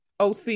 OC